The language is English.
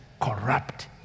corrupt